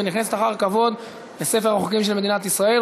ונכנסת אחר כבוד לספר החוקים של מדינת ישראל.